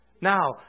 Now